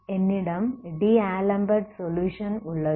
என்னிடம் D'Alembert solution உள்ளது